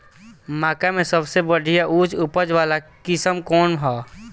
मक्का में सबसे बढ़िया उच्च उपज वाला किस्म कौन ह?